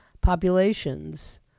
populations